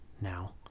now